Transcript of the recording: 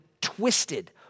twisted